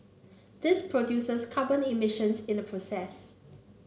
this produces carbon emissions in the process